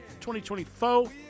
2024